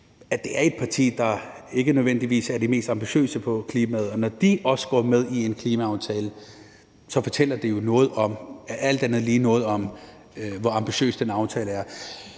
at det er et parti, der ikke nødvendigvis er det mest ambitiøse på klimaområdet, og når de også går med i en klimaaftale, så fortæller det jo alt andet lige noget om, hvor ambitiøs den aftale er.